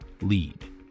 Lead